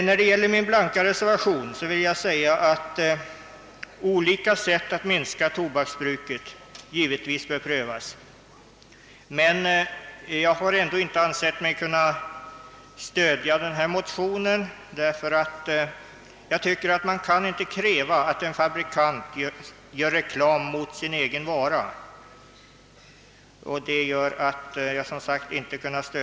När det gäller min blanka reservation vill jag säga att man givetvis bör pröva olika sätt att minska tobaksbruket, men jag har ändå inte ansett mig kunna stödja herr Gustafssons i Borås motion. Jag tycker nämligen inte att man kan kräva att en fabrikant gör reklam mot sin egen vara. Herr talman!